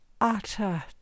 utter